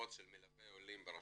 משרות של מלווי עולים ברשויות.